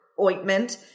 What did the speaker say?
ointment